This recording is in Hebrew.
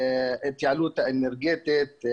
התייעלות אנרגטית,